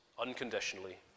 unconditionally